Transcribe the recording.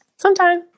sometime